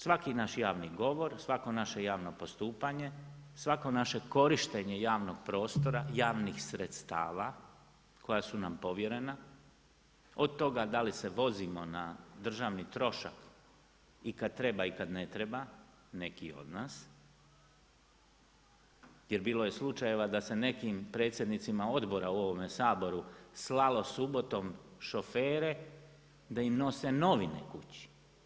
Svaki naš javni govor, svako naše javno postupanje, svako naše korištenje javnog prostora, javnih sredstava koja su nam povjerena, od toga da li se vozimo na državni trošak i kad treba i kad ne treba, neki od nas, jer bilo je slučajevima da se nekim predsjednicima odbora u ovome Saboru slalo subotom šofere da im nose novine kući.